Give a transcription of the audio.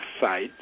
site